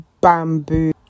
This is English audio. bamboo